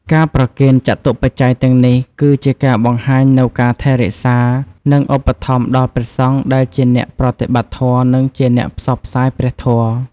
ការប្រគេនចតុបច្ច័យទាំងនេះ គឺជាការបង្ហាញនូវការថែរក្សា និងឧបត្ថម្ភដល់ព្រះសង្ឃ ដែលជាអ្នកប្រតិបត្តិធម៌ និងជាអ្នកផ្សព្វផ្សាយព្រះធម៌។